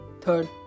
Third